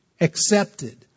accepted